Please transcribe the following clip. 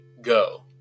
go